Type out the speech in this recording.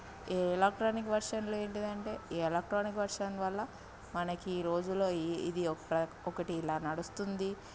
ఈ ఎలక్ట్రానిక్ వెర్షన్లో ఏంటిదంటే ఈ ఎలక్ట్రానిక్ వెర్షన్ వల్ల మనకి ఈ రోజులో ఇది ఒక ఒకటి ఇలా నడుస్తుంది